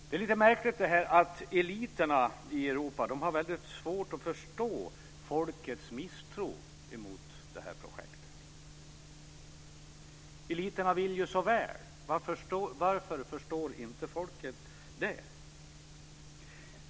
Det är lite märkligt att eliterna i Europa har väldigt svårt att förstå folkets misstro mot detta projekt. Eliterna vill ju så väl. Varför förstår inte folket det?